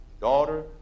daughter